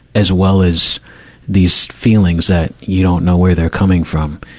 as well as these feelings that you don't know where they're coming from.